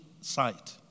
sight